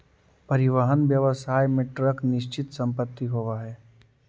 परिवहन व्यवसाय में ट्रक निश्चित संपत्ति होवऽ हई